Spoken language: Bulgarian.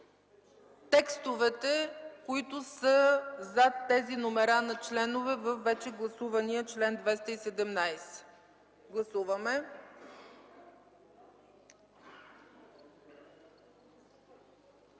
текстовете, които са зад тези номера на членове във вече гласувания чл. 217. Гласуваме!